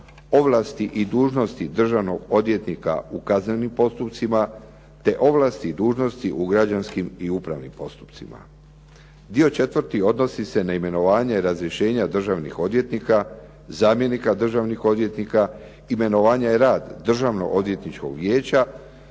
ovlasti i dužnosti državnog odvjetnika u kaznenim postupcima te ovlasti i dužnosti u građanskim i upravnim postupcima. Dio četvrti odnosi se na imenovanja i razrješenja državnih odvjetnika, zamjenika državnih odvjetnika, imenovanje i rad državno-odvjetničkog vijeća